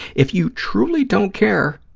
if you truly don't care,